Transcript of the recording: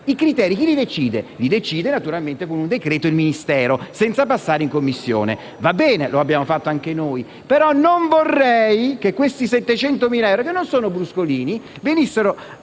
decide i criteri? Li decide, naturalmente con un decreto, il Ministero, senza passare in Commissione. Va bene, lo abbiamo fatto anche noi, ma non vorrei che questi 700.000 euro - che non sono bruscolini - venissero